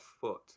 foot